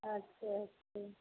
अच्छा अच्छा